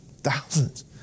thousands